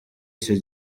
iki